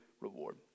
reward